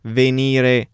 venire